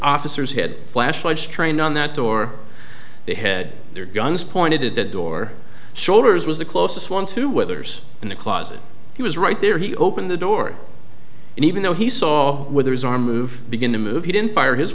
officers had flashlights trained on that door they head their guns pointed at the door shoulders was the closest one to wethers in the closet he was right there he opened the door and even though he saw with his arm move begin to move he didn't fire his